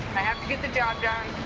i have to get the job done,